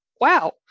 Wow